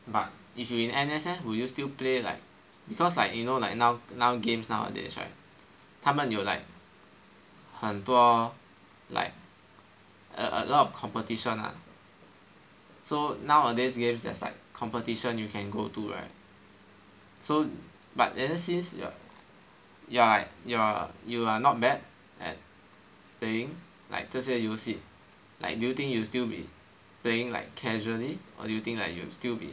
but if you in N_S leh will you still play like because like you know like now now games nowadays right 他们有 like 很多 like a lot of competition lah so nowadays games there's like competition you can go to right so but ever since you you are like not bad at playing like 这些游戏 like do you think you will still be playing like casually or do you think like you will still be